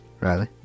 Riley